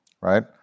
Right